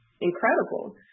incredible